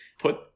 put